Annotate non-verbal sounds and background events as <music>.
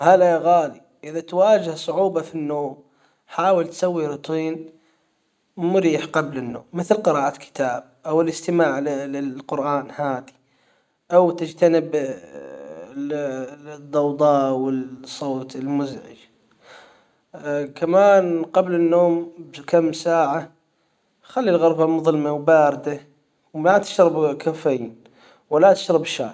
هلا يا غالي اذا تواجه صعوبة انه حاول تسوي روتين مريح قبل النوم مثل قراءة كتاب او <hesitation> الاستماع للقرآن هادي او تجتنب <hesitation> الضوضاء والصوت المزعج <hesitation> كمان قبل النوم بكم ساعة خلي الغرفة مظلمة وباردة وما تشرب كافيين ولا تشرب شاي